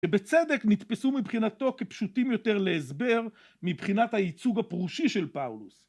ובצדק נתפסו מבחינתו כפשוטים יותר להסבר מבחינת הייצוג הפרושי של פאולוס.